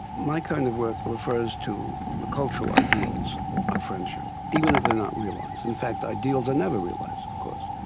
my kind of work refers to the cultural ideals of friendship, even if they're not realised. in fact ideals are never realised, of course.